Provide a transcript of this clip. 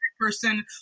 person